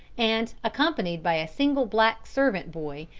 and, accompanied by a single black servant boy,